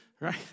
right